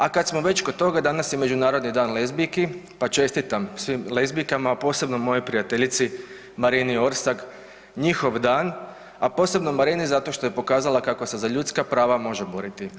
A kada smo već kod toga danas je Međunarodni dan lezbijki pa čestitam svim lezbijkama, posebno mojoj prijateljici Marini Orsak njihov dan, a posebno Marini zato što je pokazala kako se za ljudska prava može boriti